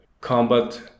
combat